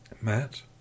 Matt